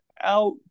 out